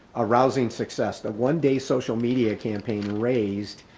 arousing success, that one day social media campaign raised,